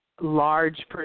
large